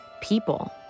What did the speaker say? people